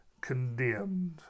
condemned